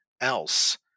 else